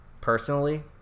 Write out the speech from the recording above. personally